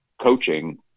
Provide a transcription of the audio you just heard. coaching